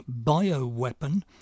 bioweapon